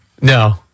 No